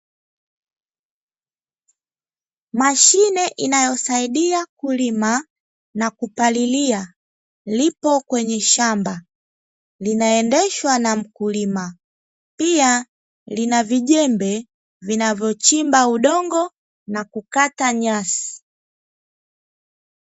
Mashine inayosaidia kulima na kupalilia lipo kwenye shamba linaendeshwa na mkulima, pia lina vijembe vinavyochimba udongo na kukata nyasi.